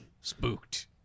Spooked